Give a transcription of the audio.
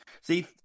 see